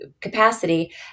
capacity